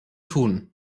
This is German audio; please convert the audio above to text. tun